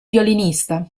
violinista